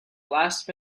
last